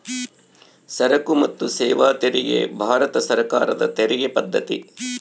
ಸರಕು ಮತ್ತು ಸೇವಾ ತೆರಿಗೆ ಭಾರತ ಸರ್ಕಾರದ ತೆರಿಗೆ ಪದ್ದತಿ